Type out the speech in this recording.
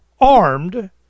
armed